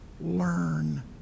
learn